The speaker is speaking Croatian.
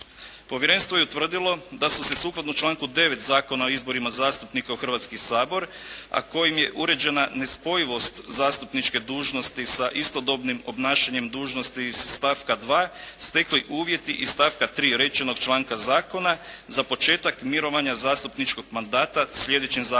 Povjerenstvo je utvrdilo da su se sukladno članku 9. Zakona o izborima zastupnika u Hrvatski sabor, a kojim je uređena nespojivost zastupničke dužnosti sa istodobnim obnašanjem dužnosti iz stavka 2. stekli uvjeti iz stavka 3. rečenog članka zakona za početak mirovanja zastupničkog mandata sljedećim zastupnicima: